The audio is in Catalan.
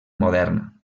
moderna